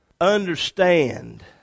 Understand